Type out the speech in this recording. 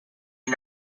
are